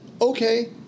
okay